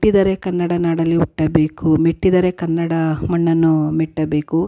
ಹುಟ್ಟಿದರೆ ಕನ್ನಡ ನಾಡಲ್ಲಿ ಹುಟ್ಟಬೇಕು ಮೆಟ್ಟಿದರೆ ಕನ್ನಡ ಮಣ್ಣನ್ನು ಮೆಟ್ಟಬೇಕು